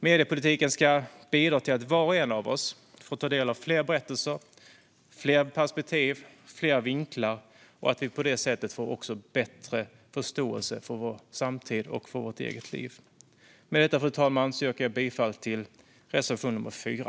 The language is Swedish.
Mediepolitiken ska bidra till att var och en av oss får ta del av fler berättelser, fler perspektiv, fler vinklar och att vi på detta sätt också får bättre förståelse för vår samtid och för vårt eget liv. Fru talman! Med detta yrkar jag bifall till reservation 4.